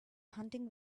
hunting